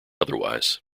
otherwise